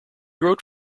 wrote